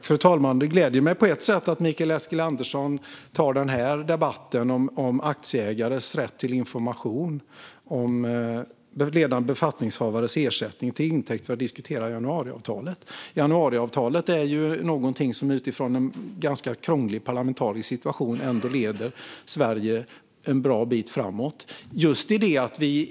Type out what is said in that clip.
Fru talman! Det gläder mig på ett sätt att Mikael Eskilandersson tar debatten om aktieägares rätt till information om ledande befattningshavares ersättning till intäkt för att diskutera januariavtalet. Januariavtalet är ju någonting som utifrån en ganska krånglig parlamentarisk situation ändå leder Sverige en bra bit framåt.